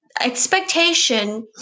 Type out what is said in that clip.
expectation